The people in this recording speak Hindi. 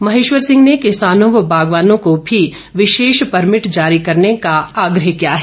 महेश्वर सिंह ने किसानों व बागवानों को भी विशेष परमिट जारी करने का आग्रह किया है